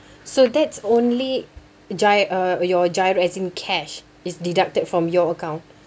so that's only GI~ uh your GIRO as in cash is deducted from your account